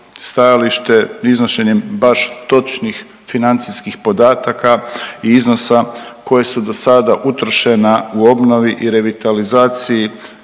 stajalište iznošenjem baš točnih financijskih podataka i iznosa koje su do sada utrošena u obnovi i revitalizaciji